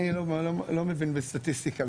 אני לא מבין בסטטיסטיקה,